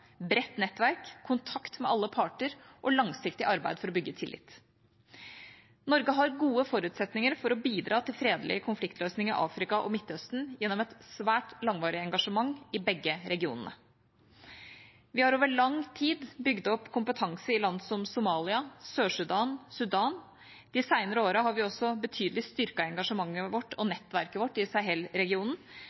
bredt nettverk, kontakt med alle parter og langsiktig arbeid for å bygge tillit. Norge har gode forutsetninger for å bidra til fredelig konfliktløsning i Afrika og Midtøsten gjennom et svært langvarig engasjement i begge regionene. Vi har over lang tid bygd opp kompetanse i land som Somalia, Sør-Sudan og Sudan. De senere årene har vi også betydelig styrket vårt engasjement og nettverk i Sahel-regionen, bl.a. gjennom å opprette en ambassade i